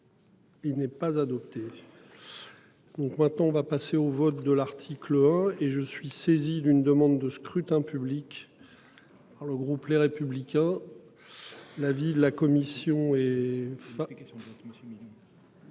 Il n'est pas adopté. Donc maintenant on va passer au vote de l'article 1 et je suis saisi d'une demande de scrutin public. Par le groupe Les Républicains. La ville, la commission et.